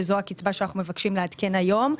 שהיא הקצבה שאנחנו מבקשים לעדכן היום,